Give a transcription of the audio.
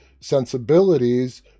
sensibilities